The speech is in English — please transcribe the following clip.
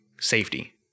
safety